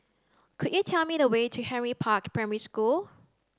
could you tell me the way to Henry Park Primary School